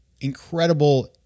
incredible